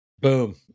Boom